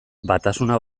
batasuna